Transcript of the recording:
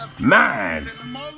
Man